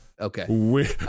okay